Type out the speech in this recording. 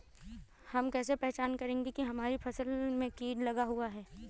हम कैसे पहचान करेंगे की हमारी फसल में कीट लगा हुआ है?